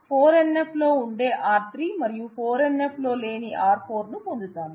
అప్పుడు 4 NF లో ఉండే R 3 మరియు 4 NF లో లేని R 4 ను పొందుతాము